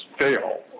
fail